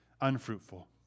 Unfruitful